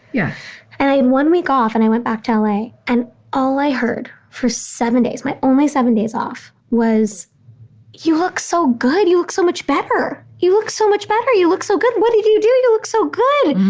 yeah and i had one week off and i went back to l a. and all i heard for seven days, my only seven days off was you look so good, you look so much better. you look so much better. you look so good. what did you do? you look so good?